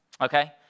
okay